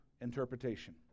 interpretation